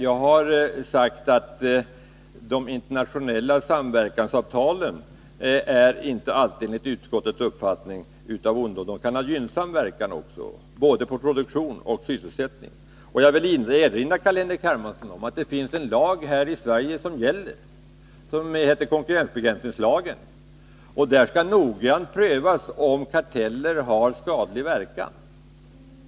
Jag har sagt att de internationella samverkansavtalen enligt utskottets uppfattning inte alltid är av ondo — de kan ha gynnsam verkan också på både produktion och sysselsättning. Jag vill erinra Carl-Henrik Hermansson om att det finns en lag som heter konkurrensbegränsningslagen. Enligt den skall noggrant prövas om karteller har skadlig verkan.